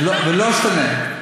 זה לא משנה,